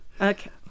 Okay